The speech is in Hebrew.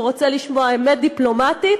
והוא רוצה לשמוע אמת דיפלומטית,